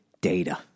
data